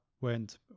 went